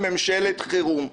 ממשלת חירום.